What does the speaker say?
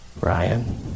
Ryan